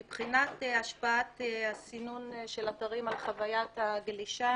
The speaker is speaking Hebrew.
מבחינת השפעת הסינון של אתרים על חווית הגלישה,